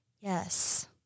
Yes